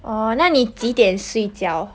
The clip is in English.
oh 那你几点睡觉